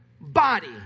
body